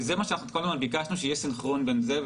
כל הזמן ביקשנו שיהיה סנכרון עם זה,